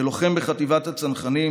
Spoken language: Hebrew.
כלוחם בחטיבת הצנחנים,